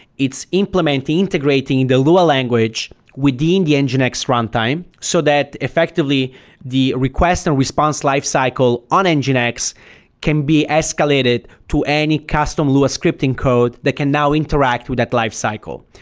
it's implementing, integrating the lua language within the and nginx runtime so that effectively the request and response lifecycle on and nginx can be escalated to any custom lua scripting code that can now interact with that lifecycle.